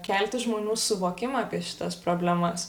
kelti žmonių suvokimą apie šitas problemas